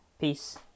Peace